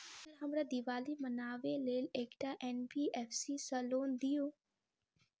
Sir हमरा दिवाली मनावे लेल एकटा एन.बी.एफ.सी सऽ लोन दिअउ?